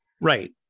Right